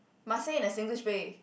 must say in a Singlish way